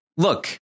Look